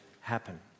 happen